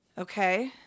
Okay